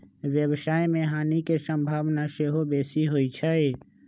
व्यवसाय में हानि के संभावना सेहो बेशी होइ छइ